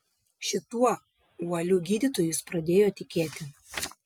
šituo uoliu gydytoju jis pradėjo tikėti